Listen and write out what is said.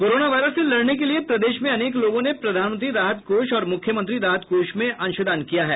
corona virus से लड़ने के लिये प्रदेश में अनेक लोगों ने प्रधानमंत्री राहत कोष और मुख्यमंत्री राहत कोष में अंशदान किया है